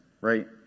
right